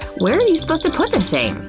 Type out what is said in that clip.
where are you supposed to put the thing?